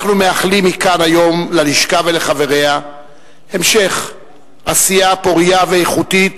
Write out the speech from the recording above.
אנחנו מאחלים מכאן היום ללשכה וחבריה המשך עשייה פורייה ואיכותית